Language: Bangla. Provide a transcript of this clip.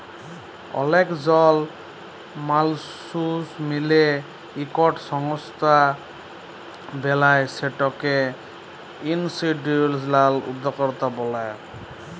অলেক জল মালুস মিলে ইকট সংস্থা বেলায় সেটকে ইনিসটিটিউসলাল উদ্যকতা ব্যলে